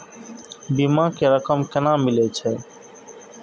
बीमा के रकम केना मिले छै?